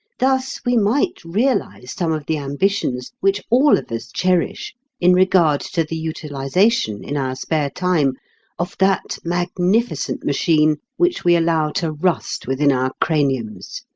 thus we might realize some of the ambitions which all of us cherish in regard to the utilization in our spare time of that magnificent machine which we allow to rust within our craniums.